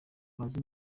bazi